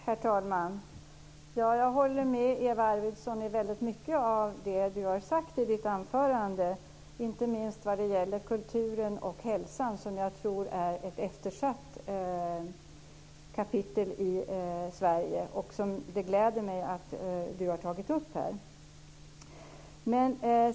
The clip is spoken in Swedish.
Herr talman! Jag håller med om väldigt mycket av det som Eva Arvidsson sade i sitt anförande, inte minst när det gäller kulturen och hälsan, som jag tror ett eftersatt kapitel i Sverige. Det gläder mig att Eva Arvidsson har tagit upp det.